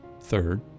third